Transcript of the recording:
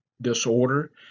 disorder